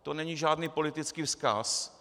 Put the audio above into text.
To není žádný politický vzkaz.